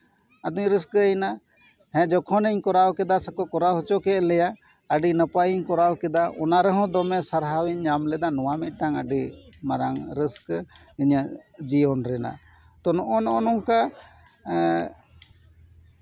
ᱟᱫᱚᱧ ᱨᱟᱹᱥᱠᱟᱹᱭᱮᱱᱟ ᱦᱮᱸ ᱡᱚᱠᱷᱚᱱᱤᱧ ᱠᱚᱨᱟᱣ ᱠᱮᱫᱟ ᱥᱮᱠᱚ ᱠᱚᱨᱟᱣ ᱦᱚᱪᱚ ᱠᱮᱫ ᱞᱮᱭᱟ ᱟᱹᱰᱤ ᱱᱟᱯᱟᱭᱤᱧ ᱠᱚᱨᱟᱣ ᱠᱮᱫᱟ ᱚᱱᱟ ᱨᱮᱦᱚᱸ ᱫᱚᱢᱮ ᱥᱟᱨᱦᱟᱣ ᱤᱧ ᱧᱟᱢ ᱞᱮᱫᱟ ᱱᱚᱣᱟ ᱢᱤᱫᱴᱟᱱ ᱟᱹᱰᱤ ᱢᱟᱨᱟᱝ ᱨᱟᱹᱥᱠᱟᱹ ᱤᱧᱟᱹᱜ ᱡᱤᱭᱚᱱ ᱨᱮᱱᱟᱜ ᱛᱳ ᱱᱚᱜᱼᱚ ᱱᱚᱝᱠᱟ ᱮᱜ